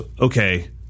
okay